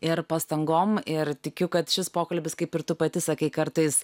ir pastangom ir tikiu kad šis pokalbis kaip ir tu pati sakai kartais